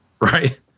right